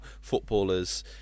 footballers